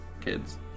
kids